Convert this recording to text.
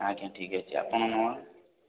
ଆଜ୍ଞା ଠିକ୍ ଅଛି ଆପଣଙ୍କ ନମ୍ବର